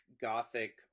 gothic